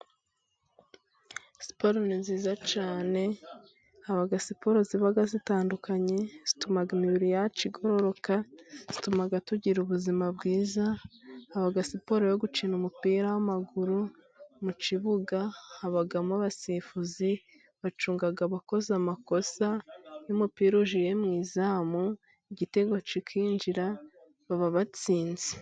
Siporo ni nziza cyane haba siporo ziba zitandukanye zituma imibiri yacu igororoka ,zituma tugira ubuzima bwiza, haba siporo yo gukina umupira w'amaguru mu kibuga , habamo abasifuzi bacunga abakoze amakosa. Iyo umupira ugiye mu izamu igitego kikinjira baba batsinze.